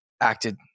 acted